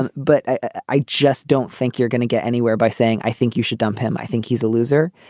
and but i just don't think you're going to get anywhere by saying, i think you should dump him. i think he's a loser.